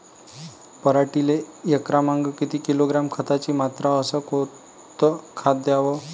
पराटीले एकरामागं किती किलोग्रॅम खताची मात्रा अस कोतं खात द्याव?